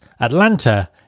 Atlanta